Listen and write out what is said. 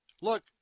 look